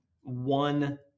one